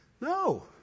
No